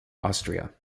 austria